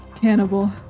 cannibal